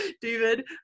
David